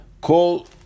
call